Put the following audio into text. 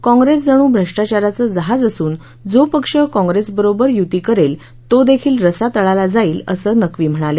काँप्रेस जणू भ्रष्टाचाराचं जहाज असून जो पक्ष काँप्रेसबरोबर यूती करेल तोदेखील रसातळाला जाईल असं नक्वी म्हणाले